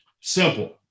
simple